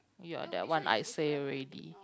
ya that one I say already